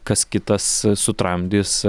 kas kitas sutramdys